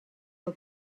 del